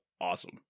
awesome